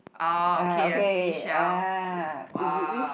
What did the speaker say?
uh okay uh it's this